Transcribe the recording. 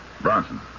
Bronson